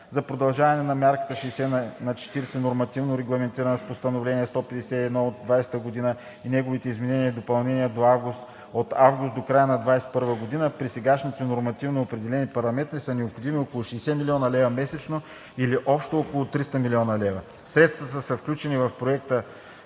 За продължаването на мярката 60/40, нормативно регламентирана с ПМС № 151 от 2020 г. и неговите изменения и допълнения, от август до края на 2021 г. при сегашните нормативно определени параметри са необходими около 60 млн. лв. месечно, или общо около 300 млн. лв. Средствата са включени в Проекта